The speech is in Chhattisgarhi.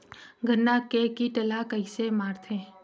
गन्ना के कीट ला कइसे मारथे?